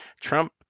Trump